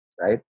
right